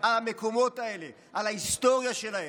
על המקומות האלה ועל ההיסטוריה שלהם.